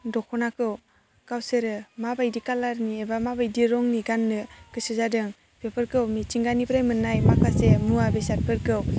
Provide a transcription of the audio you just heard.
दख'नाखौ गावसोरो माबायदि कालारनि एबा माबादि रंनि गाननो गोसो जादों बेफोरखौ मिथिंगानिफ्राय मोननाय माखासे मुवा बेसादफोरखौ